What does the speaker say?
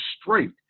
straight